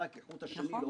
הפיקוח נגרר